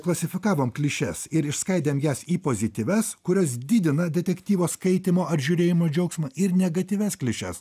klasifikavom klišes ir išskaidėm jas į pozityvias kurios didina detektyvo skaitymo ar žiūrėjimo džiaugsmą ir negatyvias klišes